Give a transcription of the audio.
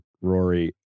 Rory